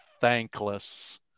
thankless